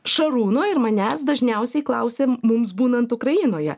šarūno ir manęs dažniausiai klausia mums būnant ukrainoje